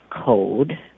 code